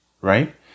right